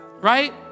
right